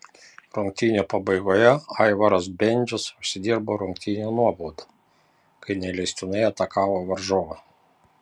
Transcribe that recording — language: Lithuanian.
rungtynių pabaigoje aivaras bendžius užsidirbo rungtynių nuobaudą kai neleistinai atakavo varžovą